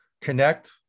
connect